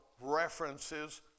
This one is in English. references